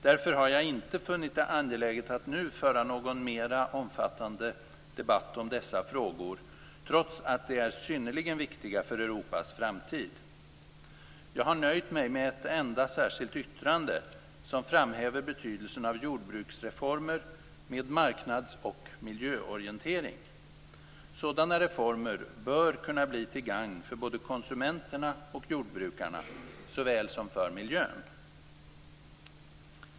Därför har jag inte funnit det angeläget att nu föra någon mer omfattande debatt om dessa frågor, trots att de är synnerligen viktiga för Europas framtid. Jag har nöjt mig med ett enda särskilt yttrande som framhäver betydelsen av jordbruksreformer med marknads och miljöorientering. Sådana reformer bör kunna bli till gagn för både konsumenterna och jordbrukarna såväl som för miljön.